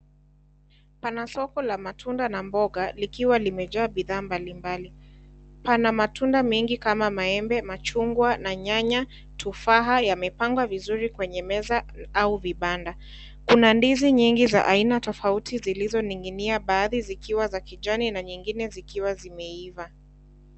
Pana soko la matunda na mboga likiwa limejaa bidhaa mbalimbali. Pana matunda mengi kama maembe, machungwa na nyanya, tufaha yamepangwa vizuri kwenye meza au vibanda. Kuna ndizi nyingi za aina tofauti zilizoninginia baadhi zikiwa kijani na nyingine zikiwa zimeiva.